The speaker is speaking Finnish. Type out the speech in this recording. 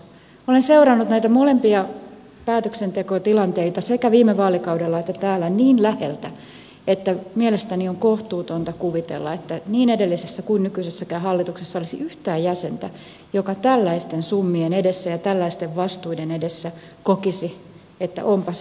minä olen seurannut näitä molempia päätöksentekotilanteita sekä viime vaalikaudella että tällä niin läheltä että mielestäni on kohtuutonta kuvitella että niin edellisessä kuin nykyisessäkään hallituksessa olisi yhtään jäsentä joka tällaisten summien edessä ja tällaisten vastuiden edessä kokisi että onpas helppo ratkaisu